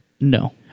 No